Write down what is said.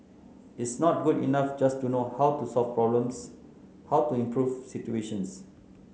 it's not good enough just to know how to solve problems how to improve situations